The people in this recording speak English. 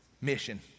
mission